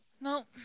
No